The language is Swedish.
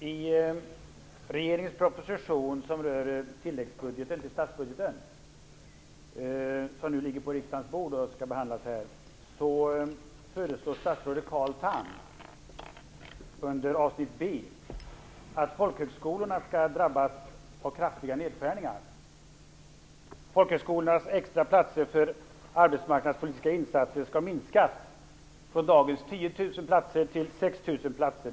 Herr talman! I regeringens proposition om tilläggsbudgeten som nu ligger på riksdagens bord och som skall behandlas här, föreslår statsrådet Carl Tham under avsnitt B att folkhögskolornas skall drabbas av kraftiga nedskärningar. Folkhögskolornas extra platser för arbetsmarknadspolitiska insatser skall minskas från dagens 10 000 platser till 6 000 platser.